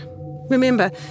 Remember